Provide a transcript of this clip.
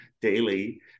daily